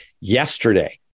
Yesterday